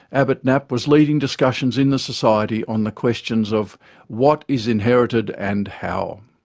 abbot napp was leading discussions in the society on the questions of what is inherited and how?